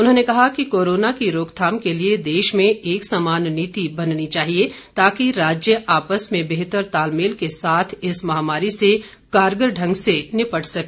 उन्होंने कहा कि कोरोना की रोकथाम के लिए देश में एक समान नीति बननी चाहिए ताकि राज्य आपस में बेहतर तालमेल के साथ इस महामारी से कारगर ढंग से निपट सके